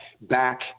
back